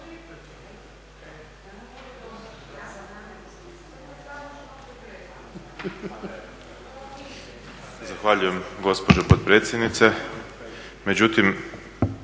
Zahvaljujem gospođo potpredsjednice.